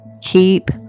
Keep